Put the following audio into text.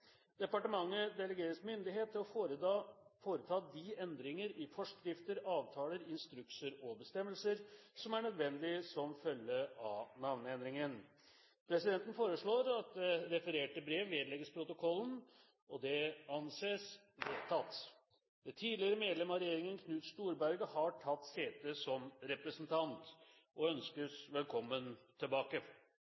endringer i forskrifter, avtaler, instrukser og bestemmelser som er nødvendige som følge av navneendringen.» Presidenten foreslår at det refererte brevet vedlegges protokollen. – Det anses vedtatt. Det tidligere medlem av regjeringen, Knut Storberget, har tatt sete som representant og